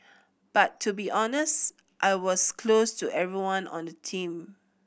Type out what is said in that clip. but to be honest I was close to everyone on the team